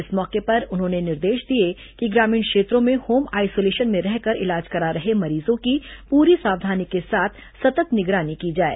इस मौके पर उन्होंने निर्देश दिए कि ग्रामीण क्षेत्रों में होम आइसोलेशन में रहकर इलाज करा रहे मरीजों की पूरी सावधानी के साथ सत्त निगरानी की जाए